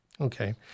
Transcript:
Okay